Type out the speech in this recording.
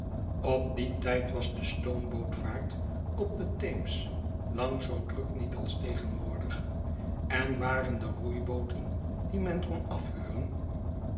op dien tijd was de stoombootvaart op den theems lang zoo druk niet als tegenwoordig en waren de roeibooten die men kon